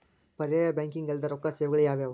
ಪರ್ಯಾಯ ಬ್ಯಾಂಕಿಂಗ್ ಅಲ್ದೇ ರೊಕ್ಕ ಸೇವೆಗಳು ಯಾವ್ಯಾವು?